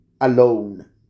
alone